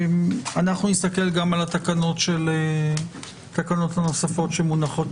אנחנו נסתכל גם על התקנות הנוספות שמונחות